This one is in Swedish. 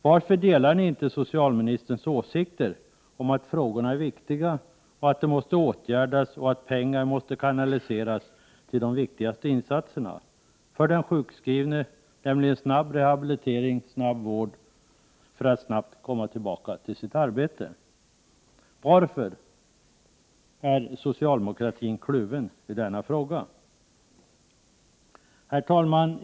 Varför delar ni inte socialministerns åsikter om att frågorna är viktiga, att de måste åtgärdas och att pengar måste kanaliseras till de viktigaste insatserna för den sjukskrivne, nämligen snabb rehabilitering och snabb vård för att han snabbt skall komma tillbaka till sitt arbete? Varför är socialdemokratin kluven i denna fråga? Herr talman!